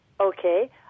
Okay